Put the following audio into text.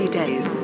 days